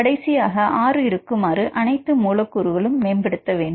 கடைசியாக ஆறு இருக்குமாறு அனைத்து மூலக்கூறுகளின் மேம்படுத்த வேண்டும்